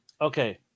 Okay